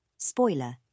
Spoiler